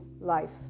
life